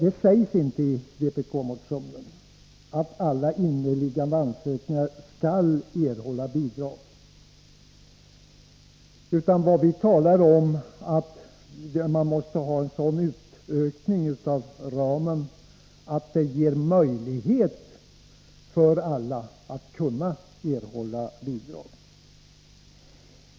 I vpk-motionen sägs inte att inneliggande ansökningar skall erhålla bidrag. Vad vi talar om är att man måste göra en sådan utökning av ramen att det ger möjlighet för alla att kunna erhålla bidrag.